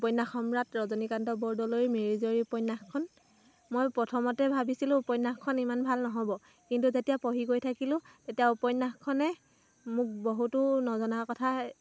উপন্যাস সম্ৰাট ৰজনীকান্ত বৰদলৈৰ মিৰি জীয়ৰী উপন্যাসখন মই প্ৰথমতে ভাবিছিলোঁ উপন্যাসখন ইমান ভাল ন'হব কিন্তু যেতিয়া পঢ়ি গৈ থাকিলোঁ তেতিয়া উপন্যাসখনে মোক বহুতো নজনা কথা